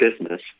business